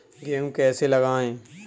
गेहूँ कैसे लगाएँ?